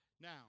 Now